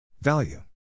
value